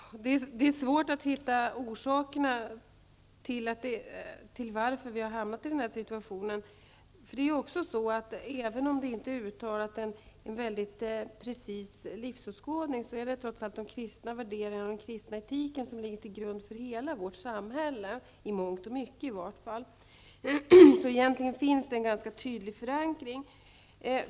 Herr talman! Det är svårt att finna orsakerna till att vi har hamnat i denna situation. Det är trots allt de kristna värderingarna och den kristna etiken som ligger till grund för hela vårt samhälle, i varje fall i mångt och mycket. Egentligen finns det alltså en ganska tydlig förankring.